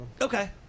Okay